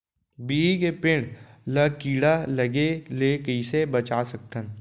बिही के पेड़ ला कीड़ा लगे ले कइसे बचा सकथन?